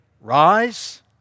rise